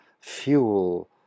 fuel